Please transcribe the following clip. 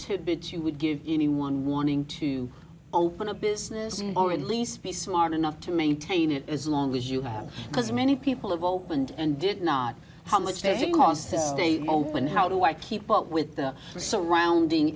to bits you would give anyone wanting to open a business or at least be smart enough to maintain it as long as you have as many people of opened and did not how much they cost to stay open how do i keep up with the surrounding